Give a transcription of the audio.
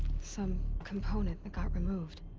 some. component that got removed.